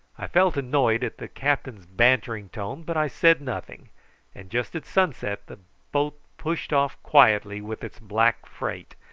i felt annoyed at the captain's bantering tone, but i said nothing and just at sunset the boat pushed off quietly with its black freight,